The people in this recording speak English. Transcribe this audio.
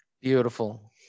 Beautiful